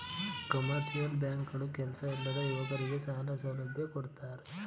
commercial bank ಗಳು ಕೆಲ್ಸ ಇಲ್ಲದ ಯುವಕರಗೆ ಸಾಲ ಸೌಲಭ್ಯ ಕೊಡ್ತಾರೆ